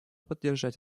поддержать